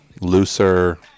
looser